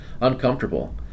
uncomfortable